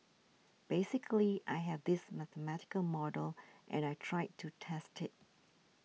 basically I have this mathematical model and I tried to test it